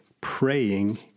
praying